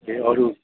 ए अरू